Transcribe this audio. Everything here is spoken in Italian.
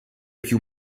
più